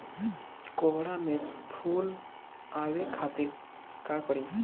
कोहड़ा में फुल आवे खातिर का करी?